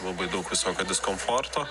labai daug visokio diskomforto